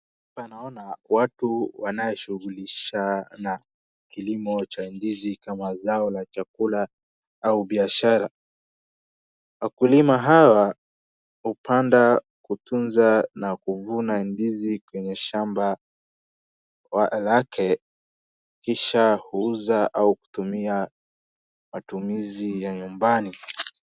Hapa naona watu wanaoshughulisha na kilimo cha ndizi kama zao la chakula au biashara. Wakulima hawa hupanda, hutunza na kuvuna ndizi kwenye shamba la, lake kisha huuza au kutumia matumizi ya nyumbani.